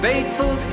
Faithful